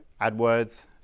AdWords